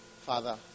Father